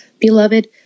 beloved